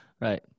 Right